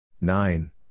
Nine